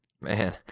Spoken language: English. Man